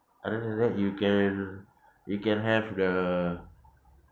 other than that you can you can have the